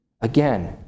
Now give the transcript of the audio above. Again